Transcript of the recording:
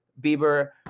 Bieber